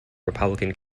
republican